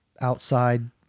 outside